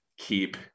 keep